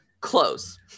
close